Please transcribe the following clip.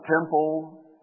temple